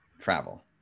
travel